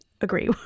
agree